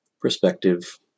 perspective